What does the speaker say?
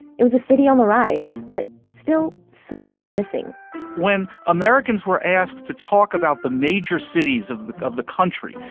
it was a city on the rise, but still something was missing when americans were asked to talk about the major cities of the of the country.